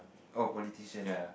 oh politician ah